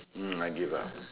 mm I give up